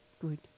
good